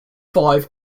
five